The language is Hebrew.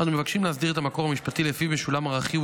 אנו מבקשים להסדיר את המקור המשפטי שלפיו משולם הרכיב,